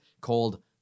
called